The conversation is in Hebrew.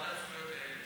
לוועדה לזכויות הילד.